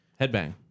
Headbang